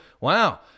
wow